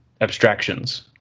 abstractions